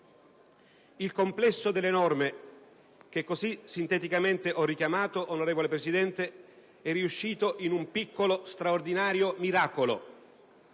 Il complesso delle norme che così sinteticamente ho richiamato, signor Presidente, è riuscito in un piccolo straordinario miracolo: